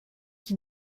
qui